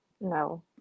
No